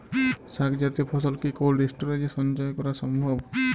শাক জাতীয় ফসল কি কোল্ড স্টোরেজে সঞ্চয় করা সম্ভব?